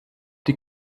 die